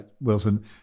Wilson